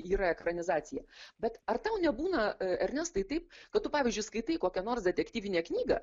yra ekranizacija bet ar tau nebūna ernestai taip tu pavyzdžiui skaitai kokią nors detektyvinę knygą